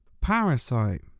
parasite